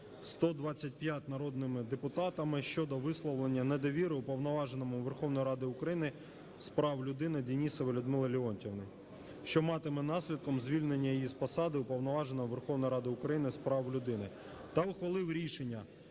125-ма народними депутатами щодо висловлення недовіри Уповноваженому Верховної Ради України з прав людини Денісовій Людмилі Леонтіївні, що матиме наслідком звільнення її з посади Уповноваженого Верховної Ради України з прав людини, та ухвалив рішення